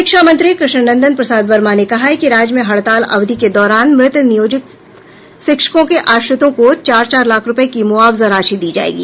शिक्षा मंत्री कृष्ण नंदन प्रसाद वर्मा ने कहा है कि राज्य में हड़ताल अवधि के दौरान मृत नियोजित शिक्षकों के आश्रितों को चार चार लाख रूपये की मुआवजा राशि दी जायेगी